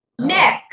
Nick